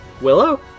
Willow